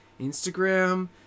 instagram